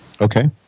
Okay